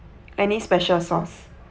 any special sauce